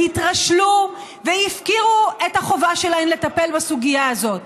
התרשלו והפקירו את החובה שלהן לטפל בסוגיה הזאת.